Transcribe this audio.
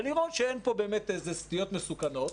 ולראות שאין פה באמת איזה סטיות מסוכנות.